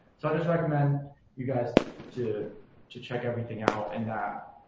so i just recommend you guys to to check everything out and that,